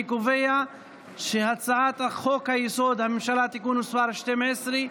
אני קובע שהצעת חוק-יסוד: הממשלה (תיקון מס' 12),